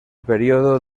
periodo